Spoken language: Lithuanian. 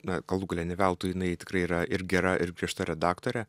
na galų gale ne veltui jinai tikrai yra ir gera ir griežta redaktorė